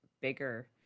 bigger